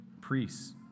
priests